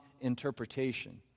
interpretation